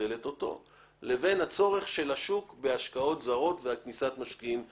לבין הצורך של השוק בהשקעות זרות וכניסת משקיעים זרים.